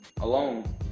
alone